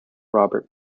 robert